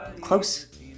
close